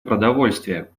продовольствие